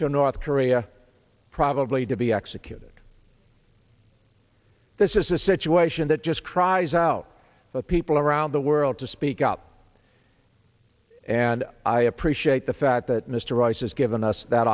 to north korea probably to be executed this is a situation that just cries out for people around the world to speak up and i appreciate the fact that mr rice has given us that